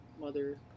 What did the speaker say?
Mother